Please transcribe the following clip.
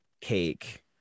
cake